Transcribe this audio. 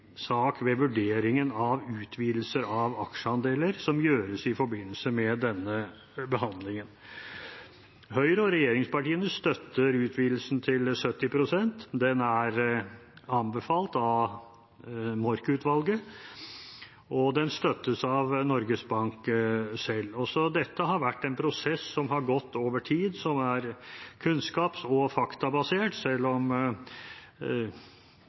sak ved vurderingen av utvidelser av aksjeandeler som gjøres i forbindelse med denne behandlingen. Høyre og regjeringspartiene støtter utvidelsen til 70 pst. Den er anbefalt av Mork-utvalget, og den støttes av Norges Bank selv. Også dette har vært en prosess som har gått over tid, og som er kunnskaps- og faktabasert, selv om